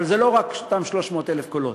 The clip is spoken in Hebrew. אבל זה לא רק אותם 300,000 קולות,